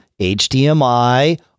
HDMI